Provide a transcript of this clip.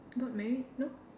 got married no